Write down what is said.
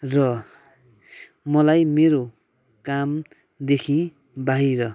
र मलाई मेरो कामदेखि बाहिर